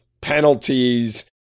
penalties